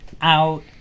out